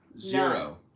Zero